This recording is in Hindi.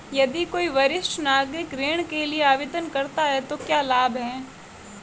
यदि कोई वरिष्ठ नागरिक ऋण के लिए आवेदन करता है तो क्या लाभ हैं?